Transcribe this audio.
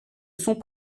sont